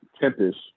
Tempest